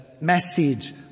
message